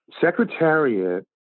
Secretariat